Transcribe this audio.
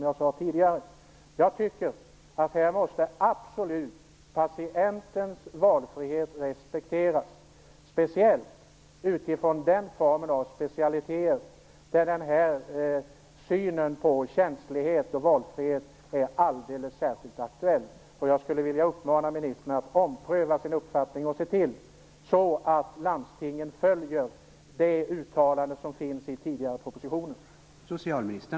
Här måste patientens valfrihet absolut respekteras, speciellt detta med känslighet och valfrihet är särskilt aktuellt. Jag vill uppmana ministern att ompröva sin uppfattning och se till att landstingen följer de uttalanden som finns i tidigare propositioner.